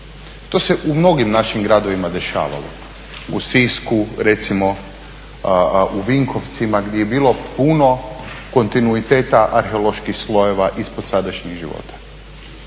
To se u mnogim našim gradovima dešavalo, u Sisku recimo, u Vinkovcima gdje je bilo puno kontinuiteta arheoloških slojeva ispod sadašnjeg života.